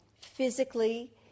physically